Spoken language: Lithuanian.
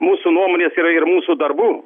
mūsų nuomonės yra ir mūsų darbu